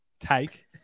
take